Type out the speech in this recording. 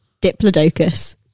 Diplodocus